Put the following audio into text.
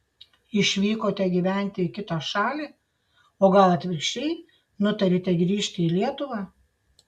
išvykote gyventi į kitą šalį o gal atvirkščiai nutarėte grįžti į lietuvą